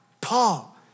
Paul